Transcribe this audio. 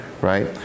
right